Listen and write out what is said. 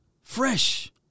fresh